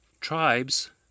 tribes